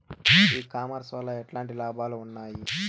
ఈ కామర్స్ వల్ల ఎట్లాంటి లాభాలు ఉన్నాయి?